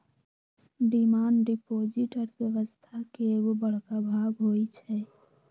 demand deposit अर्थव्यवस्था के एगो बड़का भाग होई छै